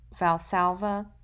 valsalva